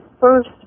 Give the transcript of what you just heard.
first